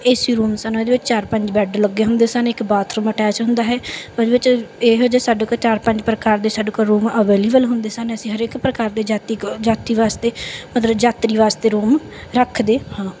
ਏ C room ਸਾਨੂੰ ਇਹਦੇ ਵਿੱਚ ਚਾਰ ਪੰਜ ਬੈੱਡ ਲੱਗੇ ਹੁੰਦੇ ਸਨ ਇੱਕ ਬਾਥਰੂਮ ਅਟੈਚ ਹੁੰਦਾ ਹੈ ਉਹਦੇ ਵਿੱਚ ਇਹੋ ਜਿਹੇ ਸਾਡੇ ਕੋਲ ਚਾਰ ਪੰਜ ਪ੍ਰਕਾਰ ਦੇ ਸਾਡੇ ਕੋਲ ਰੂਮ ਅਵੇਲੇਬਲ ਹੁੰਦੇ ਸਨ ਅਸੀਂ ਹਰ ਇੱਕ ਪ੍ਰਕਾਰ ਦੇ ਜਾਤੀ ਕੋ ਜਾਤੀ ਵਾਸਤੇ ਮਤਲਬ ਯਾਤਰੀ ਵਾਸਤੇ ਰੂਮ ਰੱਖਦੇ ਹਾਂ